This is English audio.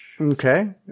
Okay